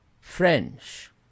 French